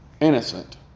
innocent